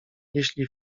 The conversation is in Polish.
jeśli